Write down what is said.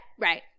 Right